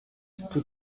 toutes